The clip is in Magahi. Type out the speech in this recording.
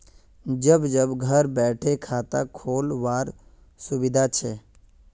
जब जब घर बैठे खाता खोल वार सुविधा छे